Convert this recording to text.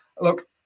Look